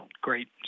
great